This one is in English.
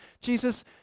Jesus